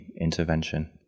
intervention